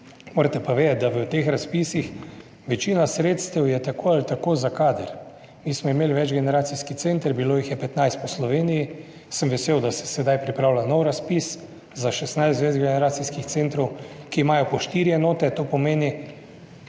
Morate pa vedeti, da v teh razpisih večina sredstev je tako ali tako za kader. Mi smo imeli večgeneracijski center, bilo jih je 15 po Sloveniji. Sem vesel, da se sedaj pripravlja nov razpis za 16 večgeneracijskih centrov, ki imajo po štiri enote, to pomeni